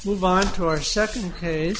move on to our second case